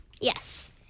Yes